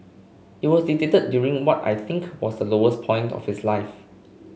it was dictated during what I think was the lowest point of his life